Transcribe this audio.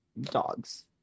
Dogs